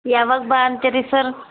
ಯಾವಾಗ ಬಾ ಅಂತೀರಿ ಸರ್